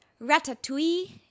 Ratatouille